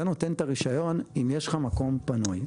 אתה נותן את הרישיון אם יש לך מקום פנוי.